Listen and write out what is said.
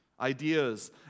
Ideas